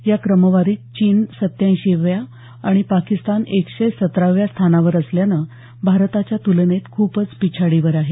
या क्रमवारीत चीन सत्त्याऐंशीव्या आणि पाकिस्तान एकशे सतराव्या स्थानावर असल्यानं भारताच्या तुलनेत खूपच पिछाडीवर आहेत